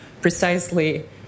precisely